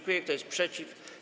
Kto jest przeciw?